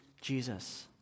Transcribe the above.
Jesus